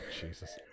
Jesus